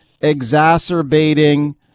exacerbating